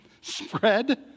spread